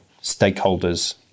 stakeholders